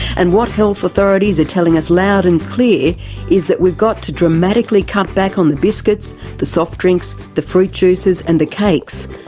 and what health authorities are telling us loud and clear is that we've got to dramatically cut back on the biscuits, the soft drinks, the fruit juices, and the cakes,